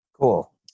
cool